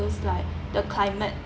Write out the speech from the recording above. like the climate